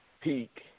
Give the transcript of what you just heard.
peak